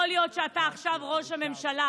יכול להיות שאתה עכשיו ראש הממשלה,